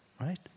right